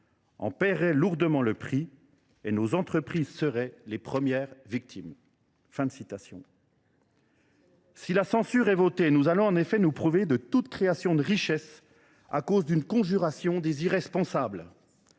en paieraient lourdement le prix. Et nos entreprises seraient les premières victimes. » Si la censure est votée, nous allons en effet nous priver de toute création de richesses à cause d’une conjuration des irresponsables.